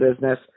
business